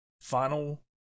Final